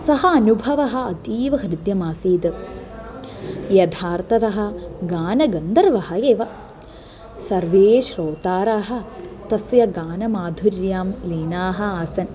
सः अनुभवः अतीव हृद्यमासीत् यथार्ततः गानगन्धर्वः एव सर्वे श्रोताराः तस्य गानमाधुर्यां लीनाः आसन्